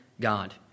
God